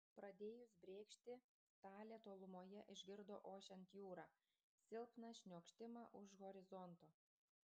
pradėjus brėkšti talė tolumoje išgirdo ošiant jūrą silpną šniokštimą už horizonto